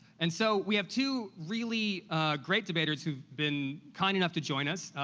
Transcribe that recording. and so we have two really great debaters who've been kind enough to join us.